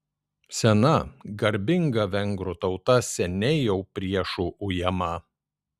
sena garbinga vengrų tauta seniai jau priešų ujama